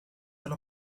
alla